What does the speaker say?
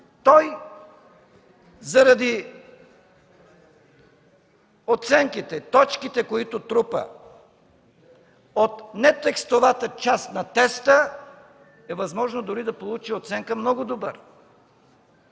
той заради оценките, точките, които трупа от нетекстовата част на теста, е възможно дори да получи оценка „много добър”.